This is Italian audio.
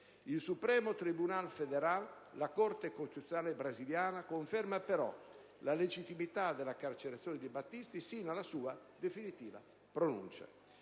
Il Supremo Tribunal Federal, la Corte costituzionale brasiliana, conferma però la legittimità della carcerazione di Battisti sino alla sua definitiva pronuncia.